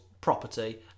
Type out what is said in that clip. property